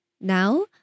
Now